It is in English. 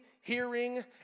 hearing